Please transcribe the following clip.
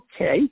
Okay